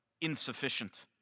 insufficient